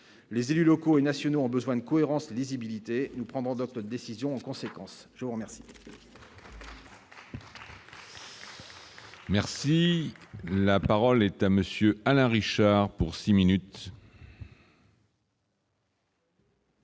les élus locaux et nationaux, ont besoin de cohérence lisibilité nous prendrons d'autres décisions, en conséquence, je vous remercie.